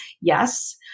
Yes